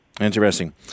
Interesting